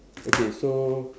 okay so